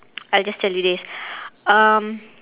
I'll just tell you this um